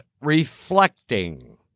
Reflecting